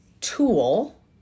tool